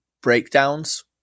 breakdowns